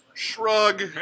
Shrug